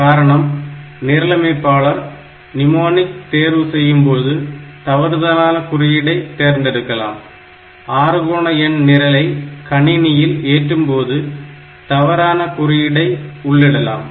காரணம் நிரலமைப்பாளர் நிமோநிக் தேர்வு செய்யும்போது தவறுதலான குறியீடை தேர்ந்தெடுக்கலாம் ஆறுகோண எண் நிரலை கணினியில் ஏற்றும்போது தவறான குறியீடை உள்ளிடலாம்